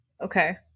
Okay